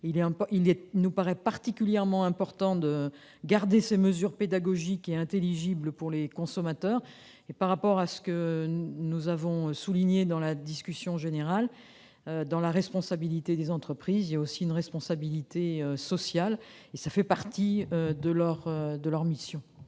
il nous paraît particulièrement important de garder ces mesures pédagogiques et intelligibles pour les consommateurs. Comme nous l'avons souligné dans la discussion générale, la responsabilité des entreprises inclut une responsabilité sociale, qui fait partie de leurs missions.